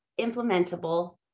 implementable